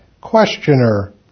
Questioner